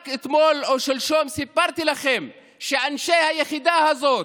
רק אתמול או שלשום סיפרתי לכם שאנשי היחידה הזאת